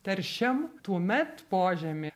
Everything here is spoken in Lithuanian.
teršiam tuomet požemį